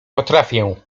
potrafię